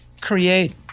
create